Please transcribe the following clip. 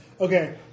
Okay